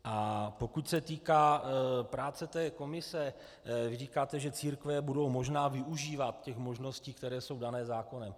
A pokud se týká práce té komise, říkáte, že církve budou možná využívat těch možností, které jsou dané zákonem.